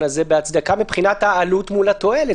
הזה בהצדקה מבחינת העלות מול התועלת.